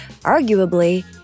Arguably